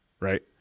right